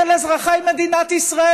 של אזרחי מדינת ישראל.